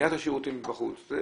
קניית השירותים מבחוץ.